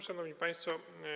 Szanowni Państwo!